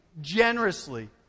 generously